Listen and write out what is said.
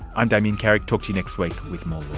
i'm damien carrick, talk to you next week with more